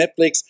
Netflix